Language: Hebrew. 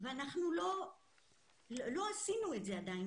ולא עשינו את זה עדיין,